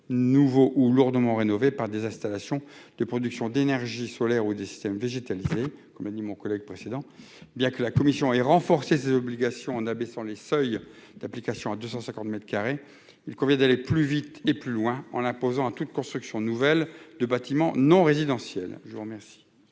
nouveau ou lourdement rénovée par des installations de production d'énergie solaire ou des systèmes végétalisée, comme a dit mon collègue précédent, bien que la commission et renforcer ses obligations en abaissant les seuils d'application à 250 mètres carrés, il convient d'aller plus vite et plus loin, en imposant à toute construction nouvelle de bâtiments non résidentiels, je vous remercie.